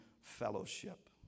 fellowship